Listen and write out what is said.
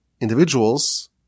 individuals